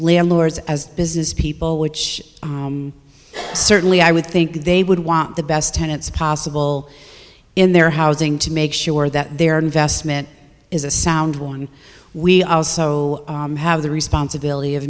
landlords as business people which certainly i would think they would want the best tenants possible in their housing to make sure that their investment is a sound one we also have the responsibility of